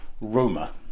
Roma